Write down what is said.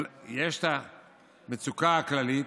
אבל יש את המצוקה הכללית,